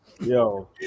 Yo